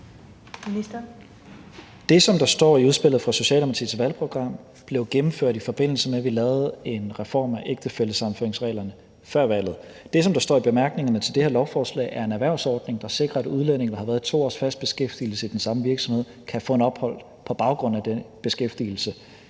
Det, som der står i udspillet, Socialdemokratiets valgprogram, blev gennemført, i forbindelse med at vi lavede en reform af ægtefællesammenføringsreglerne før valget. Det, som der står i bemærkningerne til det her lovforslag, handler om en erhvervsordning, der sikrer, at udlændinge, der har været i 2 års fast beskæftigelse i den samme virksomhed, kan få et ophold på baggrund af den beskæftigelse.